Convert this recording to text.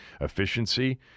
efficiency